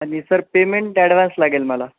आणि sir payment advance लागेल मला